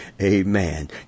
Amen